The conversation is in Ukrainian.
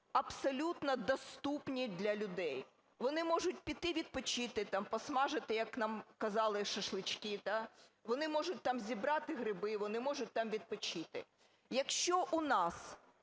абсолютно доступні для людей. Вони можуть піти відпочити там, посмажити, як нам казали, шашлички, вони можуть там зібрати гриби, вони можуть там відпочити. Якщо у нас